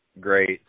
Great